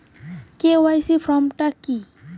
KYC form টা কি?